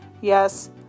Yes